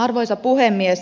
arvoisa puhemies